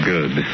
Good